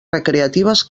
recreatives